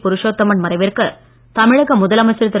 புருஷோத்தமன் மறைவிற்கு தமிழக முதலமைச்சர் திரு